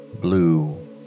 blue